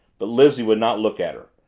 but lizzie would not look at her.